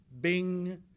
Bing